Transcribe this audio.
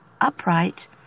upright